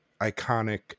iconic